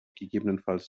gegebenenfalls